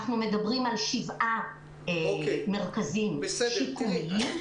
אנחנו מדברים על שבעה מרכזים שיקומיים,